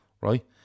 right